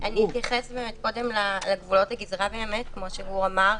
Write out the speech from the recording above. אני אתייחס לגבולות הגזרה, כמו שאמר גור.